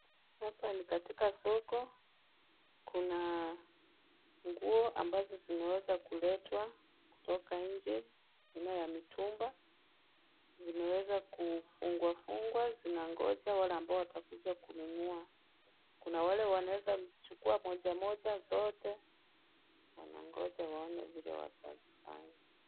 Hapa ni katika soko. Kuna nguo ambazo zimeweza kuletwa kutoka nje aina ya mitumba. Zimeweza kufungwa fungwa. Zinangoja wale ambao watakuja kununua. Kuna wale wanaweza chukua moja moja zote wanangoja waone vile watazifanya.